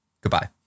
Goodbye